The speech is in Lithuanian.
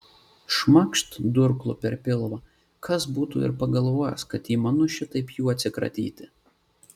šmakšt durklu per pilvą kas būtų ir pagalvojęs kad įmanu šitaip jų atsikratyti